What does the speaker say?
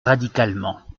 radicalement